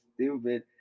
stupid